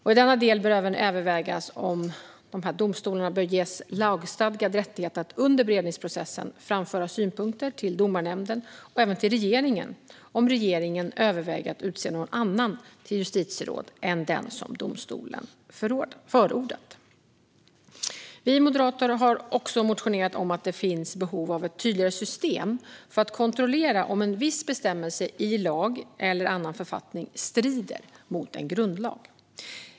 I denna del bör det även övervägas om de domstolarna bör ges lagstadgad rättighet att under beredningsprocessen framföra synpunkter till Domarnämnden och även till regeringen om regeringen överväger att utse någon annan till justitieråd än den som domstolen förordat. Vi moderater har också motionerat om att det finns behov av ett tydligare system för att kontrollera om en viss bestämmelse i lag eller annan författning strider mot en grundlag.